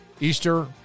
Easter